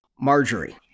Marjorie